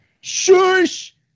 Shush